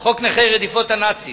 חוק נכי רדיפות הנאצים,